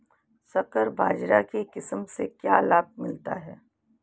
संकर बाजरा की किस्म से क्या लाभ मिलता है?